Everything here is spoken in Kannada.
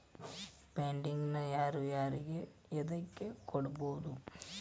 ಫಂಡಿಂಗ್ ನ ಯಾರು ಯಾರಿಗೆ ಎದಕ್ಕ್ ಕೊಡ್ಬೊದು?